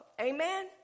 Amen